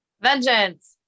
Vengeance